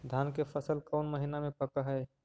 धान के फसल कौन महिना मे पक हैं?